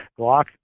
Glock